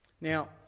Now